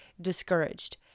discouraged